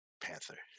panther